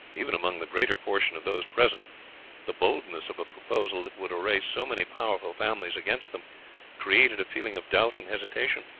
even among the greater portion of those present the boldness of a proposal that would array so many powerful families against them created a feeling of doubt and hesitation.